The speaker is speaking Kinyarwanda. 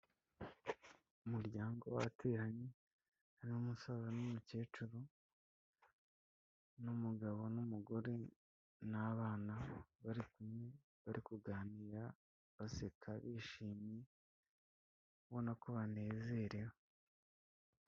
Umuryango wateranye hari umusaza n'umukecuru n'umugabo n'umugore n'abana bari kumwe, bari kuganira baseka bishimye ubona ko banezerewe.